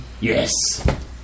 Yes